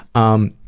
um,